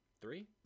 three